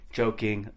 joking